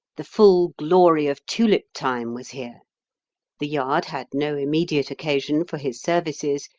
the full glory of tulip time was here the yard had no immediate occasion for his services,